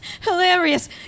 hilarious